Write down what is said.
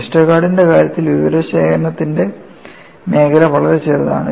വെസ്റ്റർഗാർഡിന്റെ കാര്യത്തിൽ വിവരശേഖരണത്തിന്റെ മേഖല വളരെ ചെറുതാണ്